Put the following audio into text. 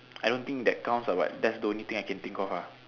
I don't think that counts lah but that's the only thing I can think of ah